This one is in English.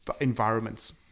environments